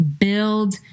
Build